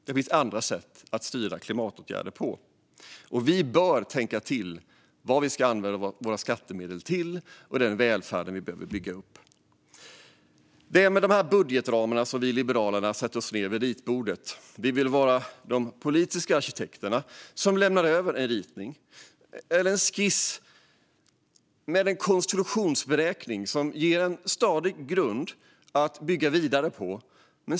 Det finns andra sätt att styra klimatåtgärder på, och vi bör tänka till om vad vi ska använda våra skattemedel till och vilken välfärd vi behöver bygga upp. Det är med dessa budgetramar som vi liberaler sätter oss ned vid ritbordet. Vi vill vara de politiska arkitekterna som lämnar över en ritning eller en skiss med en konstruktionsberäkning som ger en stadig grund att bygga vidare på.